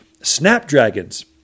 snapdragons